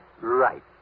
Right